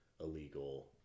illegal